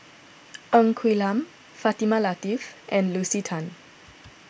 Ng Quee Lam Fatimah Lateef and Lucy Tan